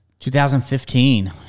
2015